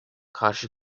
karşı